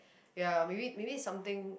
ya maybe maybe something